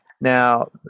Now